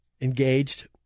engaged